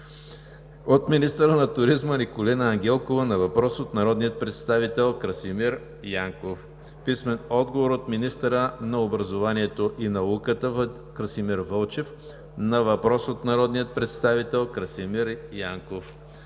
- министъра на туризма Николина Ангелкова на въпрос от народния представител Красимир Янков; - министъра на образованието и науката Красимир Вълчев на въпрос от народния представител Красимир Янков;